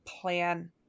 plan